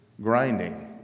grinding